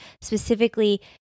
specifically